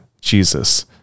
Jesus